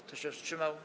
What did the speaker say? Kto się wstrzymał?